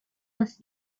was